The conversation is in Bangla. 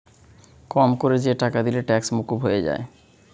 কম কোরে যে টাকা দিলে ট্যাক্স মুকুব হয়ে যায়